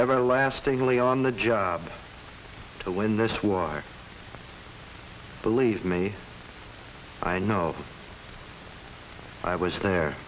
everlastingly on the job to win this war believe me i know i was there